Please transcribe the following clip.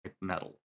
metal